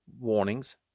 Warnings